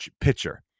pitcher